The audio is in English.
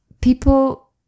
People